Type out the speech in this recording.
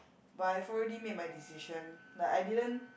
but I've already made my decision like I didn't